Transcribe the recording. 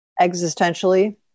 existentially